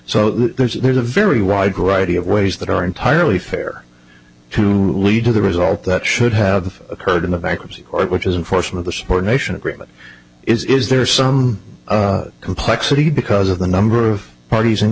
so there's a very wide variety of ways that are entirely fair to lead to the result that should have occurred in the bankruptcy court which is unfortunate the subordination agreement is is there some complexity because of the number of parties in